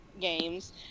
games